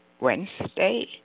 Wednesday